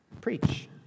preach